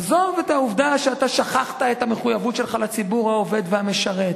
עזוב את העובדה שאתה שכחת את המחויבות שלך לציבור העובד והמשרת.